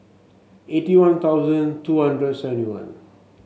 eighty One Thousand two hundred seventy one